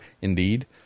Indeed